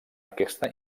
aquesta